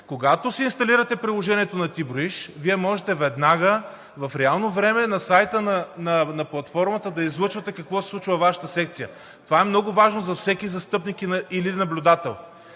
Когато си инсталирате приложението на „Ти броиш“, Вие можете веднага в реално време на сайта на платформата да излъчвате какво се случва във Вашата секция. Това е много важно за всеки застъпник или наблюдател.